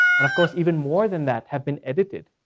and of course even more than that have been edited.